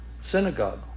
synagogue